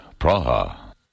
Praha